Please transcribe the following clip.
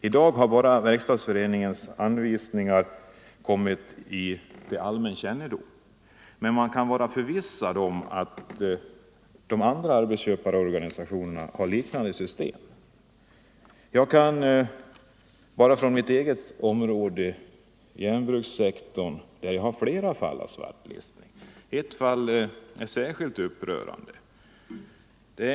I dag har bara Verkstadsföreningens anvisningar kommit till allmän kännedom. Men man kan vara förvissad om att även de andra arbetsköparorganisationerna har liknande system. Jag kan bara från mitt eget område — järnbrukssektorn — ta upp flera fall av svartlistning. Ett fall är särskilt upprörande.